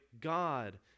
God